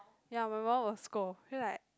ya my mum will scold then like